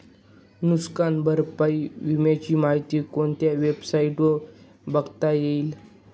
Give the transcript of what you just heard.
नुकसान भरपाई विम्याची माहिती कोणत्या वेबसाईटवर बघता येईल?